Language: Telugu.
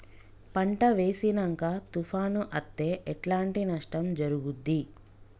పంట వేసినంక తుఫాను అత్తే ఎట్లాంటి నష్టం జరుగుద్ది?